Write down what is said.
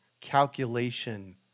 calculation